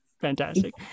fantastic